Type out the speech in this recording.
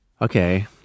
Okay